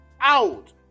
out